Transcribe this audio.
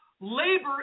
Labor